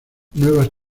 nuevas